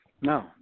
No